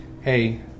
hey